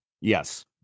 Yes